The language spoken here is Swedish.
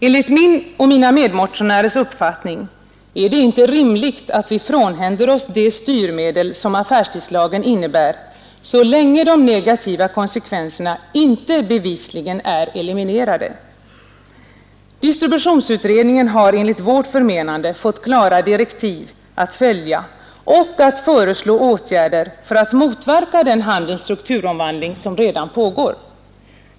Enligt min och mina medmotionärers uppfattning är det inte rimligt att vi frånhänder oss det styrmedel som affärstidslagen innebär, så länge de negativa konsekvenserna inte bevisligen är eliminerade. Distributionsutredningen har enligt vårt förmenande fått klara direktiv att följa och föreslå åtgärder i syfte att motverka den handelns strukturomvandling som redan pågår.